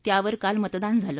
त्यावर काल मतदान झालं